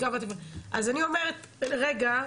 אז אני אומרת רגע,